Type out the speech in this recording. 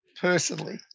personally